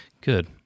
Good